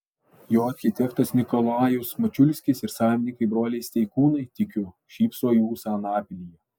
jo architektas nikolajus mačiulskis ir savininkai broliai steikūnai tikiu šypso į ūsą anapilyje